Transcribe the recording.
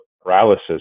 paralysis